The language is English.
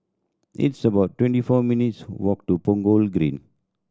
it's about twenty four minutes' walk to Punggol Green